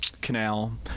canal